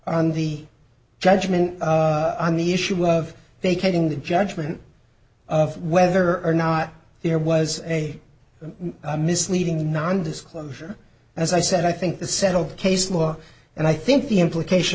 on the judgment on the issue of they came in the judgment of whether or not there was a misleading non disclosure as i said i think the settled case law and i think the implication